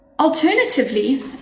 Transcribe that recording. Alternatively